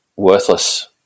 worthless